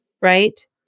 right